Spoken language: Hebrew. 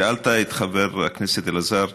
שאלת את חבר הכנסת אלעזר: